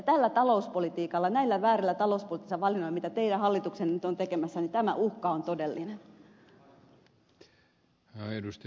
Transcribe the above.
tällä talouspolitiikalla näillä väärillä talouspoliittisilla valinnoilla mitä teidän hallituksenne nyt on tekemässä tämä uhka on todellinen